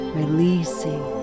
releasing